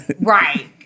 right